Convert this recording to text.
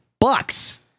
bucks